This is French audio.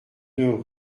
deux